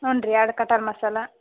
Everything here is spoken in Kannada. ಹ್ಞೂ ರೀ ಅದು ಕಟರ್ ಮಸಾಲ